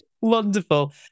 wonderful